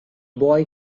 boy